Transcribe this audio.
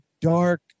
dark